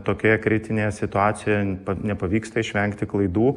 tokioje kritinėje situacijoje nepavyksta išvengti klaidų